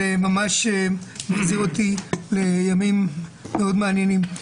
זה ממש מחזיר אותי לימים מאוד מעניינים.